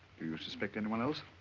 do you suspect anyone else?